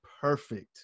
perfect